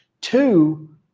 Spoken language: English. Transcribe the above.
Two